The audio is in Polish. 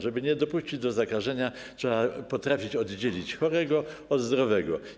Żeby nie dopuścić do zakażenia, trzeba potrafić oddzielić chorego od zdrowego.